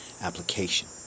application